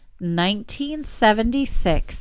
1976